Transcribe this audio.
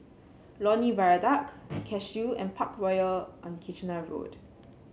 Lornie Viaduct Cashew and Parkroyal on Kitchener Road